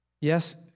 yes